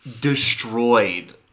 destroyed